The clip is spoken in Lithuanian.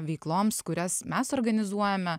veikloms kurias mes organizuojame